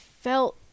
felt